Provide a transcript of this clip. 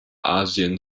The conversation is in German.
asien